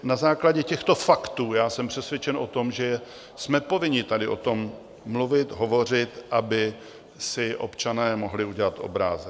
Na základě těchto faktů jsem přesvědčen o tom, že jsme povinni tady o tom mluvit, hovořit, aby si občané mohli udělat obrázek.